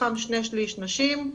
מתוכם 2/3 נשים,